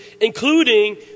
including